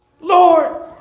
Lord